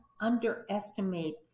underestimate